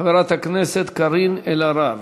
חברת הכנסת קארין אלהרר.